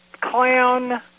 clown